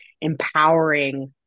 empowering